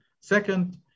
Second